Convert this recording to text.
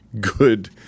good